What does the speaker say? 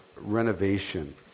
Renovation